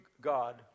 God